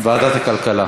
ועדת הכלכלה.